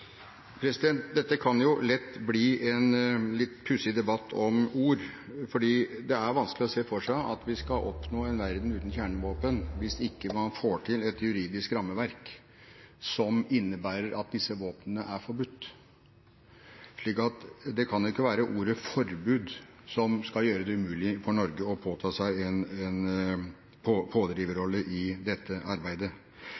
vanskelig å se for seg at vi skal oppnå en verden uten kjernevåpen, hvis man ikke får til et juridisk rammeverk som innebærer at disse våpnene er forbudt. Det kan ikke være ordet «forbud» som skal gjøre det umulig for Norge å påta seg en pådriverrolle i dette arbeidet.